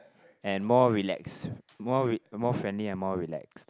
and more relax more more friendly and more relaxed